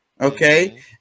Okay